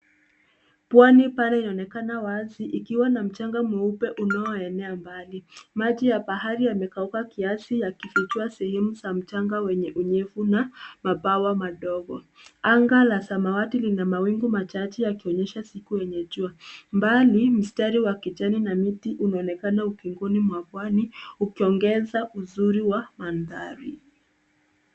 Pwani pale inaonekana wazi ikiwa na mchanga mweupe unaoenea mbali. Maji ya bahari yamekauka kiasi yakifichua sehemu za mchanga wenye unyevu na mabawa madogo. Anga la samawati lina mawingu machache yakionyesha siku yenye jua. Mbali, mstari wa kijani na miti unaonekana ubinguni mwa pwani ukiongeza uzuri wa mandhari.